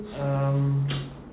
um